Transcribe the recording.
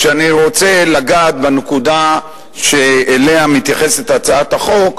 כשאני רוצה לגעת בנקודה שאליה מתייחסת הצעת החוק,